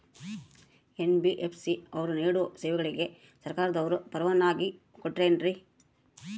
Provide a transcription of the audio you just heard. NBFC ಅವರು ನೇಡೋ ಸೇವೆಗಳಿಗೆ ಸರ್ಕಾರದವರು ಪರವಾನಗಿ ಕೊಟ್ಟಾರೇನ್ರಿ?